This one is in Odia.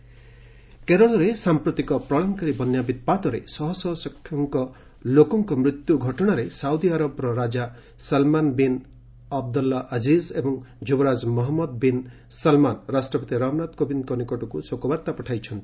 ସାଉଦି କେରଳ କେରଳରେ ସାଂପ୍ରତିକ ପ୍ରଳୟଙ୍କରୀ ବନ୍ୟା ବିପ୍ପାତରେ ଶହଶହ ସଂଖ୍ୟକ ଲୋକଙ୍କ ମୃତ୍ୟୁ ଘଟଣାରେ ସାଉଦି ଆରବର ରାଜା ସଲ୍ମାନ୍ ବିନ୍ ଅବଦ୍ଲ୍ଲା ଅଜିଜ୍ ଏବଂ ଯୁବରାଜ ମହମ୍ମଦ ବିନ୍ ସଲ୍ମାନ୍ ରାଷ୍ଟ୍ରପତି ରାମନାଥ କୋବିନ୍ଦଙ୍କ ନିକଟକୁ ଶୋକବାର୍ତ୍ତା ପଠାଇଛନ୍ତି